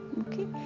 Okay